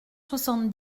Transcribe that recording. soixante